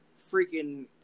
freaking